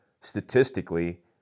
statistically